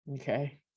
Okay